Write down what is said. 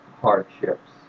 hardships